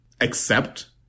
accept